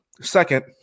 Second